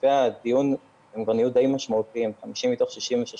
היקפי הדיון נהיו כבר די משמעותיים 50,000 מתוך 66,000,